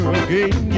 again